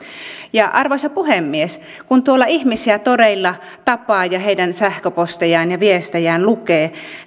arvoisa puhemies kun ihmisiä tuolla toreilla tapaa ja heidän sähköpostejaan ja viestejään lukee